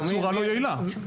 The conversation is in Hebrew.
בצורה לא יעילה.